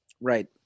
Right